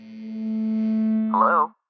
Hello